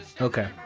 okay